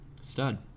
Stud